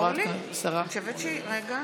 היו שתי הצעות.